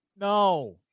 no